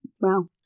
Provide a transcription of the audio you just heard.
Wow